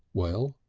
well,